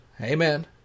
Amen